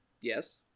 Yes